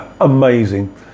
amazing